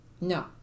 no